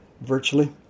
virtually